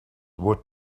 would